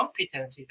competencies